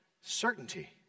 certainty